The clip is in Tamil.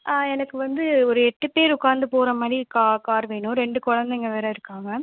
ஆ எனக்கு வந்து ஒரு எட்டு பேர் உக்கார்ந்து போகிற மாதிரி கா கார் வேணும் ரெண்டு குழந்தைங்க வேறு இருக்காங்க